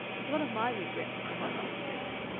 it's one of my regrets for my lost youth.